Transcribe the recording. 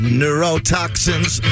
neurotoxins